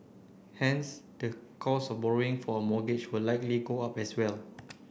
hence the cost of borrowing for a mortgage will likely go up as well